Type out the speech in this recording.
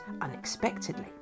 unexpectedly